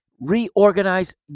reorganize